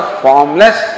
formless